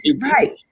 Right